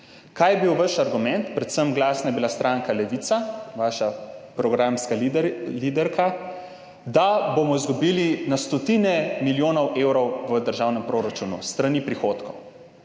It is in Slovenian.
Kaj je bil vaš argument? Glasna je bila predvsem stranka Levica, vaša programska liderka, da bomo izgubili na stotine milijonov evrov v državnem proračunu s strani prihodkov.